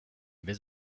been